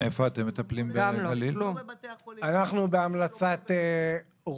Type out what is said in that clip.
איפה אתם מטפלים --- בהמלצת רופאים,